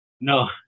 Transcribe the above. No